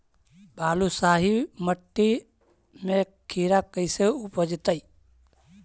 बालुसाहि मट्टी में खिरा कैसे उपजतै?